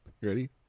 Ready